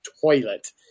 toilet